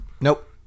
Nope